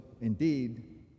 indeed